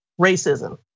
racism